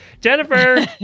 jennifer